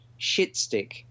Shitstick